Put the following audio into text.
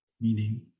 meaning